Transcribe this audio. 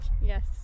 Yes